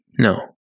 no